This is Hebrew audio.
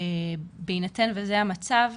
בהינתן וזה המצב,